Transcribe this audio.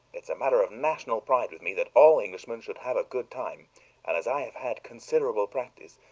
it's a matter of national pride with me that all englishmen should have a good time and as i have had considerable practice,